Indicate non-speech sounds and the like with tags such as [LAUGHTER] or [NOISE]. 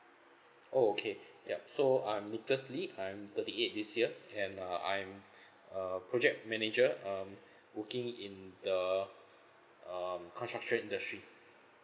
oh okay [BREATH] yup so I'm nicholas lee I'm thirty eight this year and uh I'm [BREATH] a project manager um [BREATH] working in the [BREATH] um construction industry